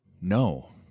No